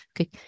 Okay